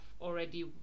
already